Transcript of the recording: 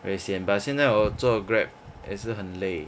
very sian but 现在我做 grab 也是很累